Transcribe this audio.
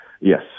Yes